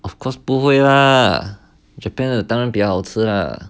of course 不会 lah japan 的当然比较好吃了